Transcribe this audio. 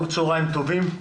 צוהרים טובים.